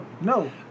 No